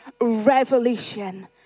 revolution